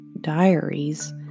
diaries